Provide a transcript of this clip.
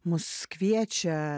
mus kviečia